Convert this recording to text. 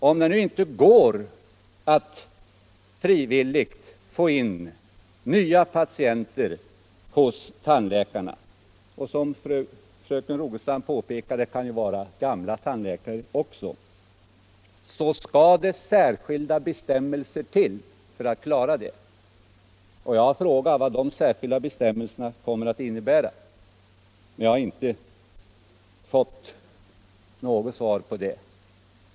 Om det nu inte går att på frivillighetens väg få in nya patienter hos tandläkarna — som frökan Rogestam påpekade kan det vara gamla tandläkare — skall det särskilda bestämmelser till för att klara det. Jag har frågat vad de särskilda bestämmelserna kommer att innebära, men jag har inte fått något svar på den frågan.